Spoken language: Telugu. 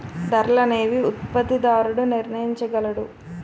ధరలు అనేవి ఉత్పత్తిదారుడు నిర్ణయించగలడు